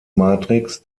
matrix